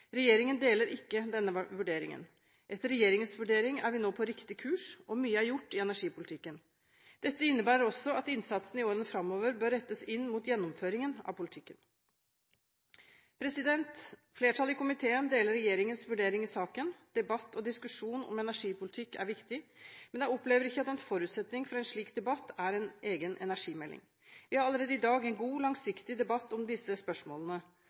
Regjeringen deler ikke denne vurderingen. Etter Regjeringens vurdering er vi nå på riktig kurs og mye er gjort i energipolitikken. Dette innebærer også at innsatsen i årene framover bør rettes inn mot gjennomføringen av politikken.» Flertallet i komiteen deler regjeringens vurdering i saken. Debatt og diskusjon om energipolitikk er viktig, men jeg opplever ikke at en forutsetning for en slik debatt er en egen energimelding. Vi har allerede i dag en god, langsiktig debatt om disse spørsmålene.